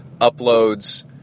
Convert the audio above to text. uploads